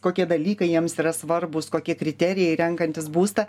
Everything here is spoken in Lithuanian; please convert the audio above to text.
kokie dalykai jiems yra svarbūs kokie kriterijai renkantis būstą